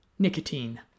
Nicotine